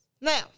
Now